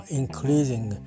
increasing